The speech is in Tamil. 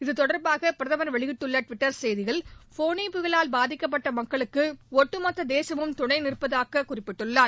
இதுதொடர்பாக பிரதமர் வெளியிட்டுள்ள டுவிட்டர் செய்தியில் ஃபோனி புயலால் பாதிக்கப்பட்ட மக்களுக்கு ஒட்டுமொத்த தேசமும் துணை நிற்பதாக குறிப்பிட்டுள்ளார்